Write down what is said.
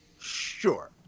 Sure